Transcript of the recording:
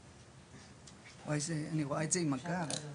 בבקשה, נשמח להתחיל.